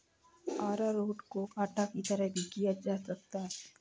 अरारोट को आटा की तरह भी प्रयोग किया जाता है